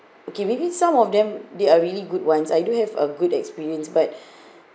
okay maybe some of them they are really good ones I do have a good experience but